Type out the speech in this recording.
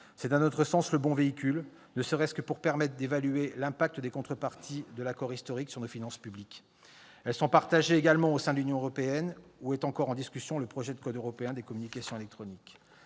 C'est à notre sens le bon véhicule, ne serait-ce que pour permettre d'évaluer l'impact des contreparties de l'accord « historique » sur nos finances publiques. Elles sont partagées également au sein de l'Union européenne, où est encore en discussion le projet de code européen des communications électroniques.